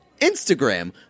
Instagram